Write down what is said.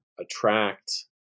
attract